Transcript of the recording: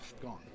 Gone